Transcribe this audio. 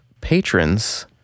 patrons